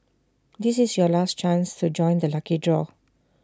this is your last chance to join the lucky draw